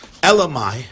Elamai